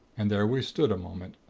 and there we stood a moment,